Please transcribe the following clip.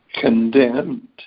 condemned